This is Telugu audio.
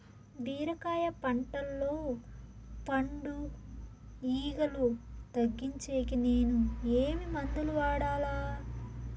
బీరకాయ పంటల్లో పండు ఈగలు తగ్గించేకి నేను ఏమి మందులు వాడాలా?